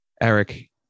Eric